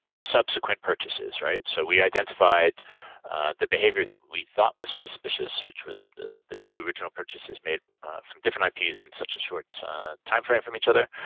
subsequent purchases. purchases. so we identified the behavior that we thought was suspicious, which was the the two original purchases made from different ips in such a short timeframe from each other.